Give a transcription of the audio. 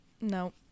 no